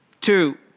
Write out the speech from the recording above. two